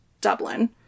Dublin